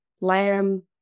lamb